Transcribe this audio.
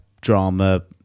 drama